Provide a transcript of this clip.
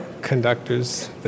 conductors